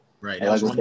right